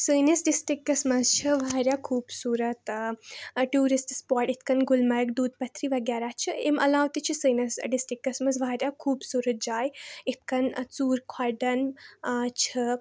سٲنِس ڈِسٹرکَس منٛز چھِ واریاہ خوٗبصوٗرت ٹوٗرِسٹ سُپاٹ یِتھ کٔنۍ گُلمرگ دوٗد پَتھری وغیرہ چھِ امہِ علاوٕ تہِ چھِ سٲنِس ڈِسٹرکَس منٛز واریاہ خوٗبصوٗرت جایہِ یِتھ کٔنۍ ژوٗر کھۄڈَن چھِ